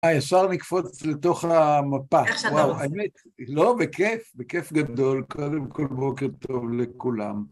אה, אפשר לקפוץ לתוך המפה, איך שאתה רוצה, וואו, האמת, לא? בכיף, בכיף גדול. קודם כל, בוקר טוב לכולם.